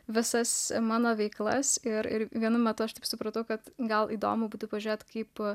visas mano veiklas ir vienu metu aš taip supratau kad gal įdomu pažiūrėti kaip